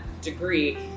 degree